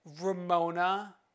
Ramona